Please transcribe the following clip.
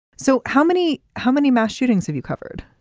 so how many how many mass shootings have you covered